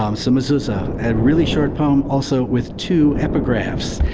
um so mezuzah, a really short poem also with two epigraphs.